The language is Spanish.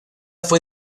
fue